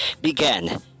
began